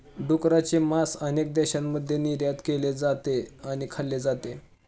डुकराचे मांस अनेक देशांमध्ये निर्यात केले जाते आणि खाल्ले जाते